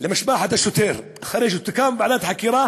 למשפחת השוטר, אחרי שתוקם ועדת חקירה